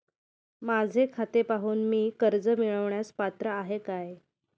माझे खाते पाहून मी कर्ज मिळवण्यास पात्र आहे काय?